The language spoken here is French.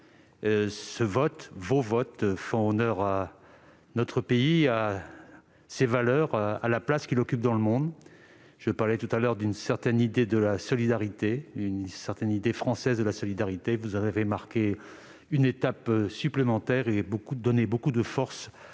ce vote, vos votes font honneur à notre pays, à ses valeurs, à la place qu'il occupe dans le monde. Je parlais tout à l'heure d'une certaine idée française de la solidarité : vous en avez marqué une étape supplémentaire et donné beaucoup de force